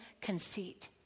conceit